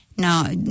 Now